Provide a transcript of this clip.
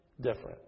different